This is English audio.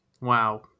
wow